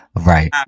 Right